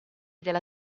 della